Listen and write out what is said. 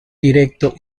directo